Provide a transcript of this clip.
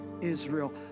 Israel